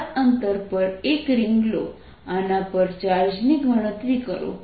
r અંતર પર એક રિંગ લો આના પર ચાર્જની ગણતરી કરો